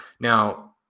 Now